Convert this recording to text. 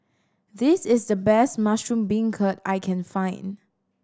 this is the best mushroom beancurd I can find